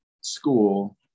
school